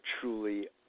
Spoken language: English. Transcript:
truly